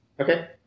Okay